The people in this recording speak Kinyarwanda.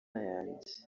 yanjye